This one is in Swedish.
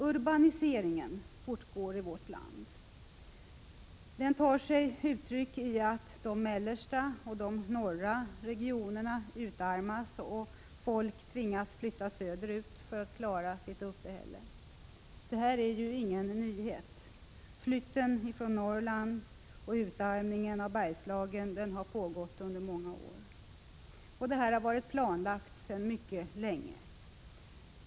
Urbaniseringen fortgår i vårt land. Den tar sig uttryck i att de mellersta och norra regionerna utarmas och folk tvingas flytta söderut för att klara sitt uppehälle. Detta är ingen nyhet. Flykten från Norrland och utarmningen av Bergslagen har pågått under många år. Det har varit planlagt sedan mycket länge.